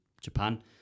Japan